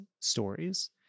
stories